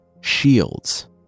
shields